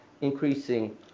increasing